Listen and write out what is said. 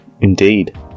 Indeed